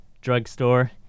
drugstore